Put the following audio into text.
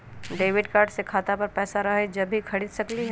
Debit card से खाता पर पैसा रहतई जब ही खरीद सकली ह?